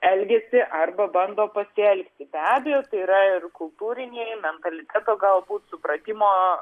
elgiasi arba bando pasielgti be abejo tai yra ir kultūrinio mentaliteto galbūt supratimo